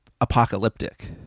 apocalyptic